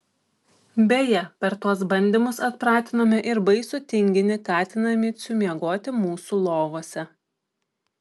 beje per tuos bandymus atpratinome ir baisų tinginį katiną micių miegoti mūsų lovose